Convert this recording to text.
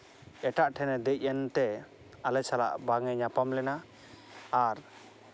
ᱮᱴᱟᱜ ᱴᱷᱮᱱᱮ ᱫᱮᱡ ᱮᱱ ᱛᱮ ᱟᱞᱮ ᱥᱟᱞᱟᱜ ᱵᱟᱞᱮ ᱧᱟᱯᱟᱢ ᱞᱮᱱᱟ ᱟᱨ